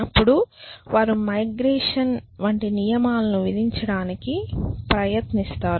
అప్పుడు వారు మైగ్రేషన్ వంటి నియమాలను విధించడానికి ప్రయత్నిస్తారు